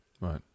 right